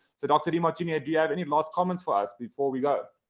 so dr. demartini do you have any last comments for us before we go?